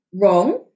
wrong